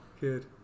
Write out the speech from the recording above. good